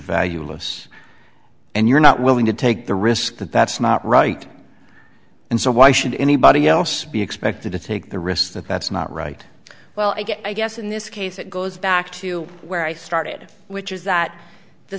valueless and you're not willing to take the risk that that's not right and so why should anybody else be expected to take the risks that that's not right well i guess in this case it goes back to where i started which is that the